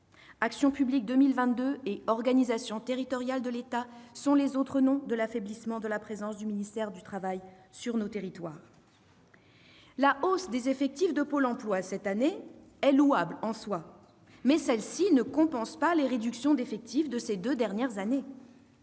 Action publique 2022 » et « organisation territoriale de l'État » sont les autres noms de l'affaiblissement de la présence du ministère du travail sur le territoire. La hausse des effectifs de Pôle emploi cette année est louable en soi, mais celle-ci ne compense pas les réductions d'effectifs de ces deux dernières années.